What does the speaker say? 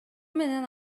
менен